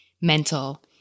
mental